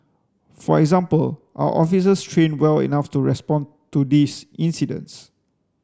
for example are officers trained well enough to respond to these incidents